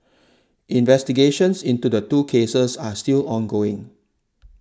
investigations into the two cases are still ongoing